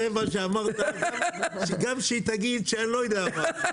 גם אם היא תגיד אני לא יודע מה,